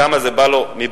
כמה זה בא לו מבפנים,